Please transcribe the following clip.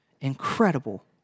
Incredible